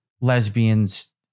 lesbians